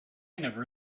never